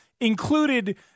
included